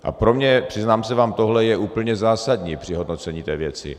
A pro mě, přiznám se vám, tohle je úplně zásadní při hodnocení té věci.